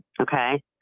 okay